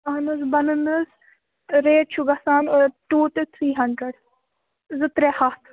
اَہن حظ بنَن حظ ریٹ چھُ گَژھان ٹوٗ ٹُہ تھرٛی ہنٛڈرنٛڈ زٕ ترٛےٚ ہَتھ